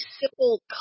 simple